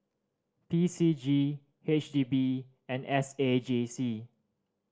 P C G H D B and S A J C